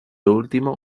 último